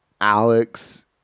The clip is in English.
Alex